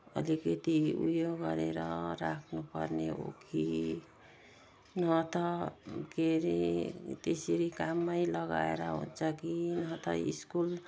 अलिकति उयो गरेर राख्नुपर्ने हो कि न त के अरे त्यसरी काममै लगाएर हुन्छ कि न त स्कुल